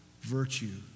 virtue